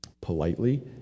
Politely